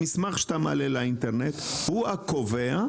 המסמך שאתה מעלה לאינטרנט הוא הקובע,